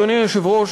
אדוני היושב-ראש,